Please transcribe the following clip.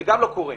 גם זה לא קורה.